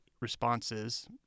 responses